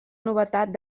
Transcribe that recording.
novetat